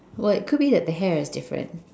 well it could be that the hair is different